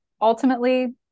ultimately